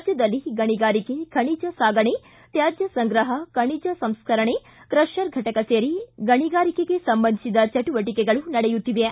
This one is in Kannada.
ರಾಜ್ಯದಲ್ಲಿ ಗಣಿಗಾರಿಕೆ ಖನಿಜ ಸಾಗಣೆ ತ್ಯಾಜ್ಯ ಸಂಗ್ರಹ ಖನಿಜ ಸಂಸ್ಕರಣೆ ಕ್ರಷರ್ ಫಟಕ ಸೇರಿ ಗಣಿ ಗಾರಿಕೆಗೆ ಸಂಬಂಧಿಸಿದ ಚಟುವಟಕೆಗಳು ನಡೆಯುತ್ತಿವೆ